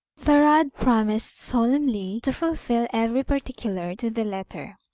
thorodd promised solemnly to fulfil every parti cular to the letter.